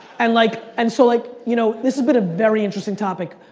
and like and so like, you know this has been a very interesting topic.